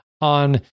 on